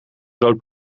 groot